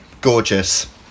gorgeous